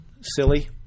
silly